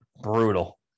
brutal